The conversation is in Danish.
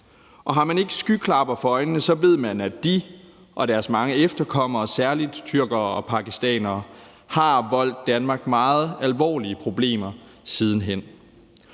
og har man ikke skyklapper for øjnene, så ved man, at de og deres mange efterkommere, særlig tyrkere og pakistanere, har voldt Danmark meget alvorlige problemer siden hen.